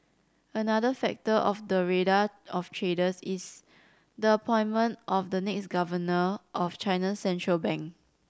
another factor on the radar of traders is the appointment of the next governor of China's central bank